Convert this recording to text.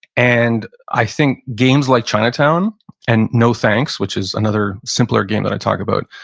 and i think games like chinatown and no thanks! which is another simpler game that i talk about,